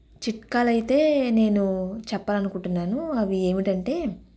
చిట్కాలు అయితే నేను చెప్పాలి అనుకుంటున్నాను అవి ఏమిటంటే